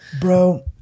bro